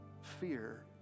fear